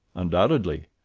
undoubtedly.